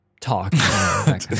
talk